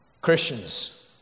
Christians